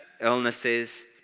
illnesses